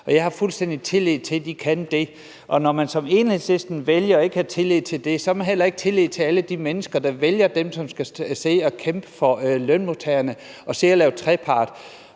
Og jeg har fuldstændig tillid til, at de kan det. Og når man som Enhedslisten vælger ikke have tillid til det, har man heller ikke tillid til alle de mennesker, der vælger dem, som skal sidde og kæmpe for lønmodtagerne og sidde og lave trepart.